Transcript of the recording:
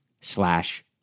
slash